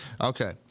Okay